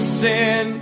sin